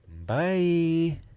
Bye